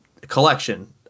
collection